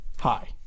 Hi